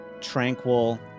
tranquil